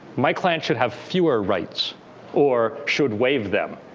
my client should have fewer rights or should waive them.